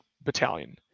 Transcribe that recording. Battalion